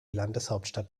landeshauptstadt